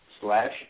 slash